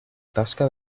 tasca